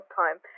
time